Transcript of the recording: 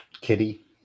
Kitty